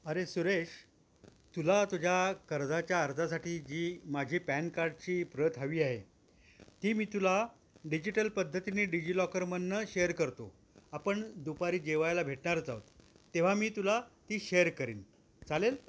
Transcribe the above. अरे सुरेश तुला तुझ्या कर्जाच्या अर्जासाठी जी माझी पॅन कार्डची प्रत हवी आहे ती मी तुला डिजिटल पद्धतीने डिजिलॉकरमधून शेअर करतो आपण दुपारी जेवायला भेटणारच आहोत तेव्हा मी तुला ती शेअर करीन चालेल